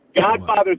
Godfather